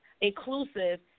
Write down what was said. inclusive